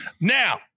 Now